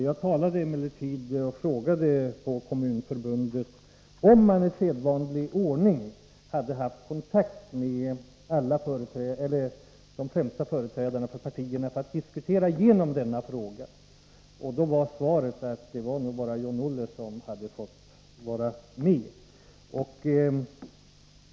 Jag frågade på Kommunförbundet om man i sedvanlig ordning hade haft kontakt med de främsta företrädarna för partierna för att diskutera igenom denna fråga, och då var svaret att det nog bara var John-Olle som fått vara med.